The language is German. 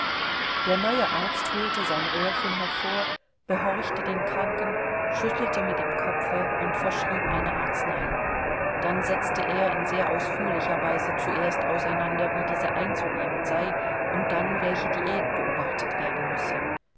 der neue arzt holte sein röhrchen hervor behorchte den kranken schüttelte mit dem kopfe und verschrieb eine arznei dann setzte er in sehr ausführlicher weise zuerst auseinander wie diese einzunehmen sei und dann welche diät beobachtet werden müsse